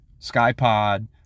skypod